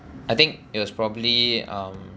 I think it was probably um